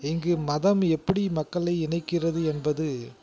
இங்கு மதம் எப்படி மக்களை இணைக்கிறது என்பது